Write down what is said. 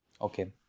Okay